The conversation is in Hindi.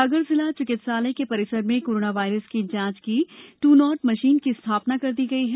सागर जिला चिकित्साल के परिसर में कोरोना वायरस की जांच के ट्र नॉट मशीन की स्थापना कर दी गई है